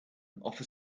offer